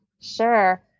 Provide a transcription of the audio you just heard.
Sure